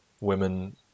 women